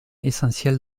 essentiel